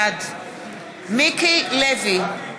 בעד מיקי לוי,